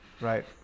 right